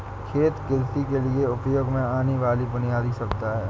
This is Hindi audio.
खेत कृषि के लिए उपयोग में आने वाली बुनयादी सुविधा है